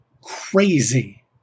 crazy